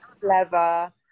clever